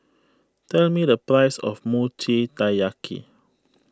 tell me the price of Mochi Taiyaki